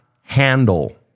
handle